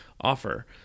offer